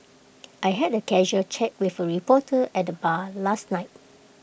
I had A casual chat with A reporter at the bar last night